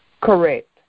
Correct